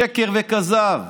שקר וכזב.